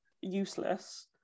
useless